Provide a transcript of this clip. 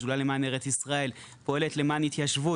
השדולה למען ארץ ישראל פועלת למען התיישבות